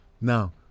now